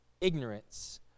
ignorance